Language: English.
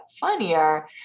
funnier